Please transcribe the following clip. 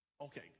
Okay